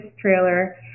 trailer